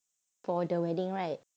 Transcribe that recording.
for the wedding right